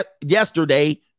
yesterday